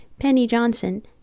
pennyjohnson